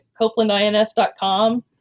copelandins.com